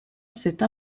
cette